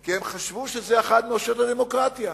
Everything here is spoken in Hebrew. כי הם חשבו שזו אחת מאושיות הדמוקרטיה.